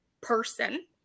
person